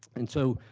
and so,